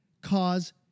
cause